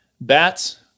bats